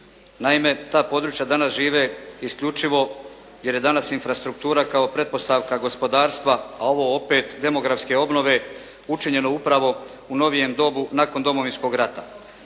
Naime ta područja danas žive isključivo jer je danas infrastruktura kao pretpostavka gospodarstva a ovo opet demografske obnove učinjeno upravo u novijem dobu nakon Domovinskog rata.